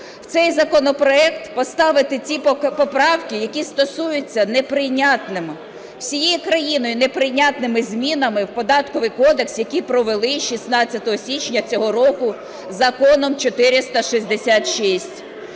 в цей законопроект поставити ці поправки, які стосуються неприйнятними, всією країною неприйнятними змінами в Податковий кодекс, який провели 16 січня цього року Законом 466.